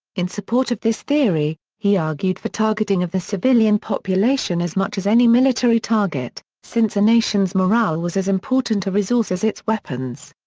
in support of this theory, he argued for targeting of the civilian population as much as any military target, since a nation's morale was as important a resource as its weapons.